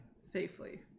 safely